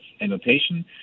annotation